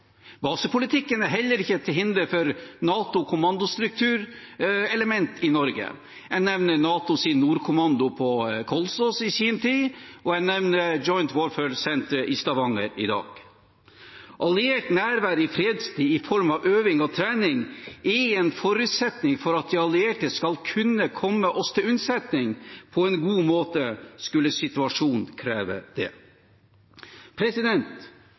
Basepolitikken er heller ikke til hinder for alliert forhåndslagring av materiell i Norge og ikke til hinder for elementer av NATOs kommandostruktur i Norge: Jeg nevner NATOs nordkommando på Kolsås i sin tid, og jeg nevner Joint Warfare Centre i Stavanger i dag. Alliert nærvær i fredstid i form av øving og trening er en forutsetning for at de allierte skal kunne komme oss til unnsetning på en god måte skulle situasjonen kreve